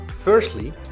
Firstly